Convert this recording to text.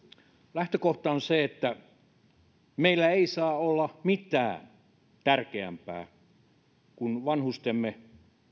lähtökohta on se että meillä ei saa olla mitään tärkeämpää kuin vanhustemme